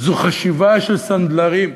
זו חשיבה של סנדלרים,